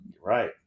Right